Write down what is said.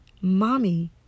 Mommy